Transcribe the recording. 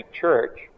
Church